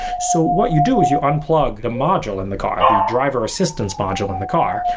so what you do is you unplug the module in the car the driver assistance module in the car.